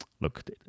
Look